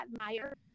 admire